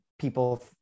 people